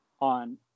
on